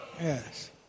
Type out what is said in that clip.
yes